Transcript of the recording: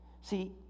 See